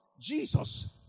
Jesus